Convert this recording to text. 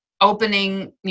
opening